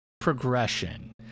progression